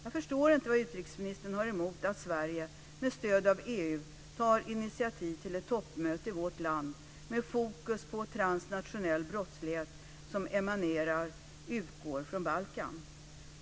Jag förstår inte vad utrikesministern har emot att Sverige med stöd av EU tar initiativ till ett toppmöte i vårt land med fokus på transnationell brottslighet som utgår från Balkan.